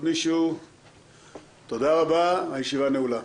הישיבה נעולה.